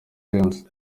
james